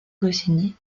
goscinny